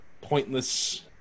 Pointless